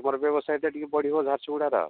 ଆମର ବ୍ୟବସାୟଟା ଟିକେ ବଢ଼ିବ ଝାରସୁଗୁଡ଼ାର ଆଉ